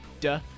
Duh